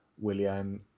William